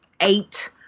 eight